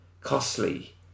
costly